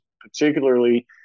particularly